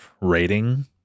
rating